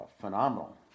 phenomenal